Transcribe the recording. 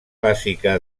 bàsica